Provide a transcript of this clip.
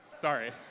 sorry